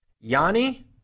Yanni